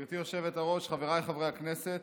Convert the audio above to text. גברתי היושבת-ראש, חבריי חברי הכנסת,